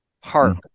HARP